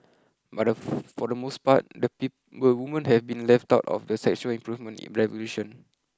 but for the most part the the women have been left out of the sexual improvement in revolution